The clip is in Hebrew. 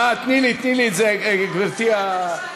תני לי, תני לי את זה, גברתי המזכירה.